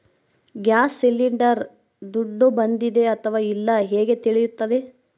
Gas cylinder ದುಡ್ಡು ಬಂದಿದೆ ಅಥವಾ ಇಲ್ಲ ಹೇಗೆ ತಿಳಿಯುತ್ತದೆ?